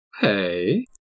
Hey